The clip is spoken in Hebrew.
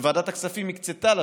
שוועדת הכספים הקצתה לה,